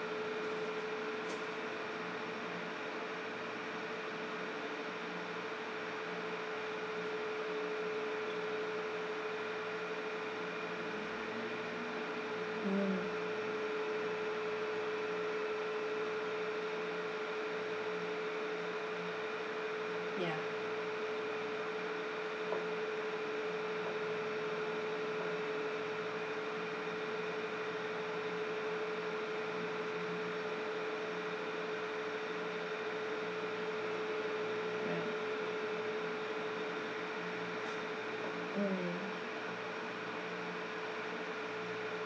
mm yeah right mm